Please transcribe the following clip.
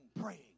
praying